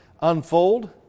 unfold